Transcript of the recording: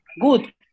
good